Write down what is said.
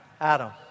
Adam